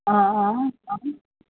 অঁ অঁ অঁ